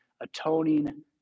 atoning